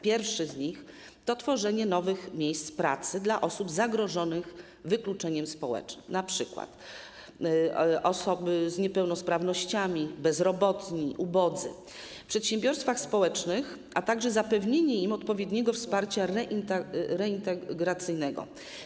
Pierwszy z nich to tworzenie nowych miejsc pracy dla osób zagrożonych wykluczeniem społecznym - np. osoby z niepełnosprawnościami, bezrobotni, ubodzy - w przedsiębiorstwach społecznych, a także zapewnienie im odpowiedniego wsparcia reintegracyjnego.